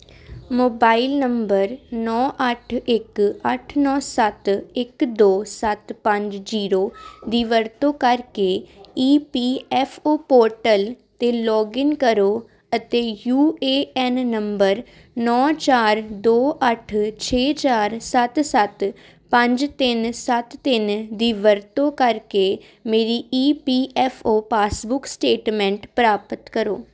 mobile number ਨੌਂ ਅੱਠ ਇੱਕ ਅੱਠ ਨੌਂ ਸੱਤ ਇੱਕ ਦੋ ਸੱਤ ਪੰਜ ਜ਼ੀਰੋ ਦੀ ਵਰਤੋਂ ਕਰਕੇ E P F O portal 'ਤੇ ਲੌਗਇਨ ਕਰੋ ਅਤੇ ਯੂ ਏ ਐਨ ਨੰਬਰ ਨੌਂ ਚਾਰ ਦੋ ਅੱਠ ਛੇ ਚਾਰ ਸੱਤ ਸੱਤ ਪੰਜ ਤਿੰਨ ਸੱਤ ਤਿੰਨ ਦੀ ਵਰਤੋਂ ਕਰਕੇ ਮੇਰੀ E P F O passbook statement ਪ੍ਰਾਪਤ ਕਰੋ